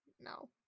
No